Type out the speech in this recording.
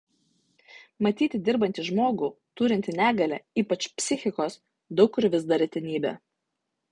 matyti dirbantį žmogų turintį negalią ypač psichikos daug kur vis dar retenybė